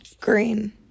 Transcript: green